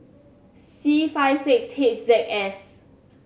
C five six H Z S